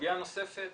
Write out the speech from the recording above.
סוגיה נוספת